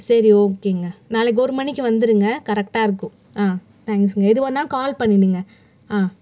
சரி ஓகேங்க நாளைக்கு ஒரு மணிக்கு வந்துருங்க கரெக்டாக இருக்கும் ஆ தேங்க்ஸுங்க எதுவாக இருந்தாலும் கால் பண்ணிவிடுங்க ஆ